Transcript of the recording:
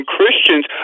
Christians